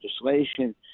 legislation